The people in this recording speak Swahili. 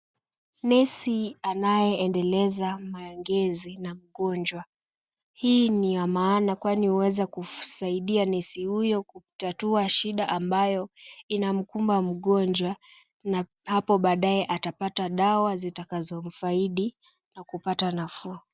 Nesi anayeendeleza maongezi na mgonjwa. Hii ni ya maana kwani huweza kusaidia nesi huyo kutatua shida ambayo inamkumba mgonjwa na hapo baadaye atapata dawa zitakazomfaidi na kupata nafuu.